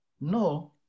No